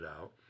out